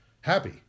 Happy